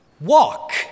walk